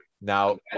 Now